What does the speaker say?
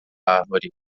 árvore